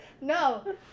No